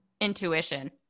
Intuition